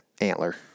antler